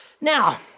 Now